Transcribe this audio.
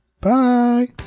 Bye